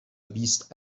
بیست